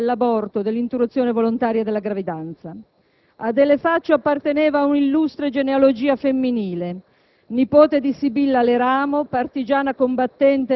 e per ottenere la legalizzazione dell'aborto, dell'interruzione volontaria della gravidanza. Adele Faccio apparteneva ad un'illustre genealogia femminile.